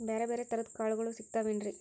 ಬ್ಯಾರೆ ಬ್ಯಾರೆ ತರದ್ ಕಾಳಗೊಳು ಸಿಗತಾವೇನ್ರಿ?